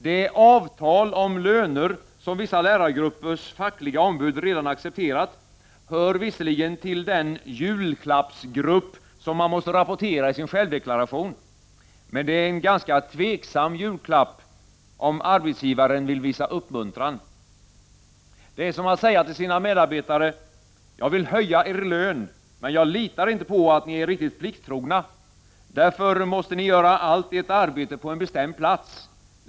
Det avtal om löner, som vissa lärargruppers fackliga ombud redan accepterat, hör visserligen till den ”julklappsgrupp” som man måste rapportera i sin självdeklaration. Det är dock en ganska tvivelaktig julklapp, om arbetsgivaren vill visa uppmuntran. Det är som att säga till sina medarbetare: Jag vill höja er lön, men jag litar inte på att ni är riktigt plikttrogna. Därför måste ni göra allt ert arbete på en bestämd plats.